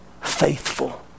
faithful